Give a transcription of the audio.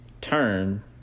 turn